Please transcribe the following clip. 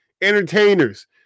entertainers